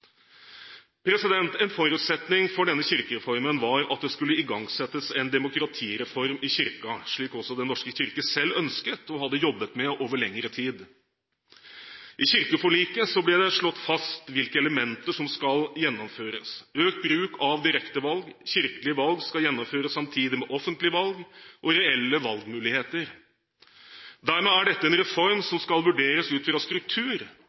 En forutsetning for denne kirkereformen var at det skulle igangsettes en demokratireform i Kirken, slik også Den norske kirke selv ønsket, og hadde jobbet med over lengre tid. I kirkeforliket ble det slått fast hvilke elementer som skal gjennomføres: økt bruk av direktevalg kirkelige valg skal gjennomføres samtidig med offentlige valg reelle valgmuligheter Dermed er dette en reform som skal vurderes ut fra struktur